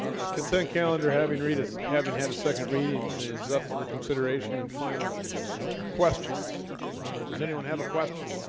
ah the consent calendar having to read as having had a second reading is up for consideration and final ah questions does anyone have a question